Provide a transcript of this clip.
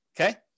Okay